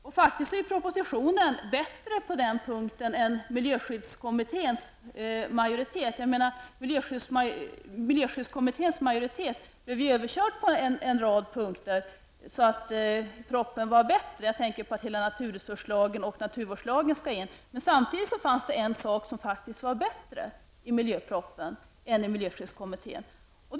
På den punkten är propositionens förslag faktiskt bättre än miljöskyddskommitténs förslag. Miljöskyddskommitténs majoritet blev överkörd på en rad punkter. Jag tänker på hela naturresurslagen och naturvårdslagen. Samtidigt fanns det en sak som faktiskt är bättre i miljöpropositionen än i miljöskyddskommitténs förslag.